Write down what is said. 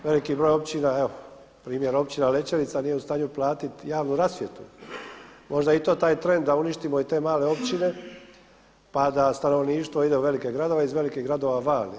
Veliki broj općina, evo primjer Općina Lećevica nije u stanju platiti javnu rasvjetu, možda je i to taj trend da uništimo i te male općine pa da stanovništvo ide u velike gradove, iz velikih gradova van.